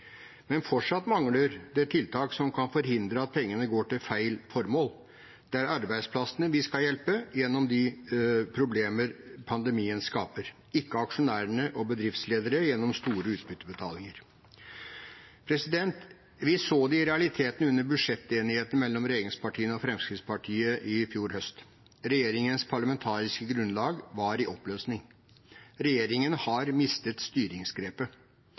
Men fortsatt mangler det tiltak som kan forhindre at pengene går til feil formål. Det er arbeidsplassene vi skal hjelpe gjennom de problemer pandemien skaper, ikke aksjonærene og bedriftslederne ved store utbyttebetalinger. Vi så det i realiteten under budsjettenigheten mellom regjeringspartiene og Fremskrittspartiet i fjor høst: Regjeringens parlamentariske grunnlag var i oppløsning. Regjeringen har mistet styringsgrepet.